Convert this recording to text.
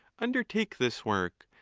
undertake this work,